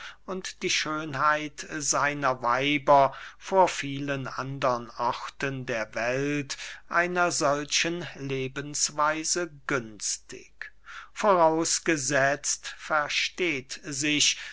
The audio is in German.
und die schönheit seiner weiber vor vielen andern orten der welt einer solchen lebensweise günstig vorausgesetzt versteht sich